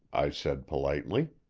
i said politely.